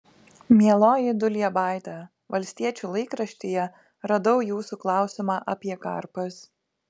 mieloji duliebaite valstiečių laikraštyje radau jūsų klausimą apie karpas